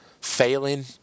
failing